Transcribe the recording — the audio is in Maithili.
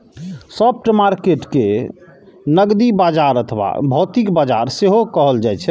स्पॉट मार्केट कें नकदी बाजार अथवा भौतिक बाजार सेहो कहल जाइ छै